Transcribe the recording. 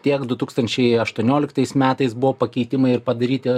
tiek du tūkstančiai aštuonioliktais metais buvo pakeitimai ir padaryti